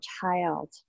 child